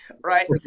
Right